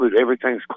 everything's